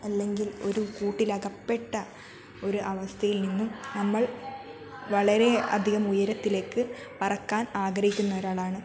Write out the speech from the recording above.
അല്ലെങ്കിൽ ഒരു കൂട്ടിലകപ്പെട്ട ഒരു അവസ്ഥയിൽ നിന്നും നമ്മൾ വളരെ അധികം ഉയരത്തിലേക്ക് പറക്കാൻ ആഗ്രഹിക്കുന്ന ഒരാളാണ്